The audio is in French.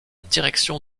direction